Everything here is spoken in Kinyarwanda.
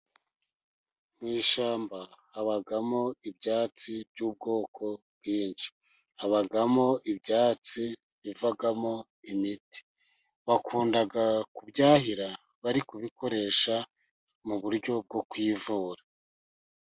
Mu ishyamba habamo ibyatsi by'ubwoko bwinshi. Habamo ibyatsi bivamo imiti. Bakunda kubyahira bari kubikoresha mu buryo bwo kwivura.